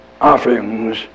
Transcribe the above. offerings